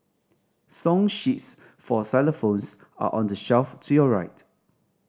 song sheets for xylophones are on the shelf to your right